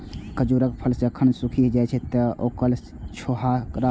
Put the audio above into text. खजूरक फल जखन सूखि जाइ छै, तं ओइ सं छोहाड़ा बनै छै